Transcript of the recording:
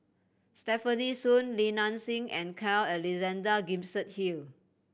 Stefanie Sun Li Nanxing and Carl Alexander Gibson Hill